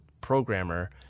programmer